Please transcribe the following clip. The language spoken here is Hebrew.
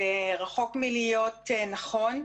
זה רחוק מלהיות נכון,